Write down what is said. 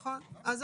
נכון,